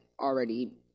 already